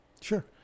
sure